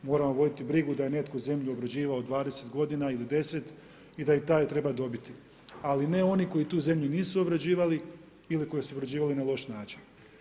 Moramo voditi brigu da je netko zemlju obrađivao 20.g. ili 10 i da i taj treba dobiti ali ne oni koji tu zemlju nisu obrađivali ili koji su obrađivali na loš način.